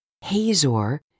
Hazor